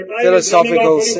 philosophical